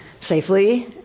safely